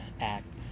act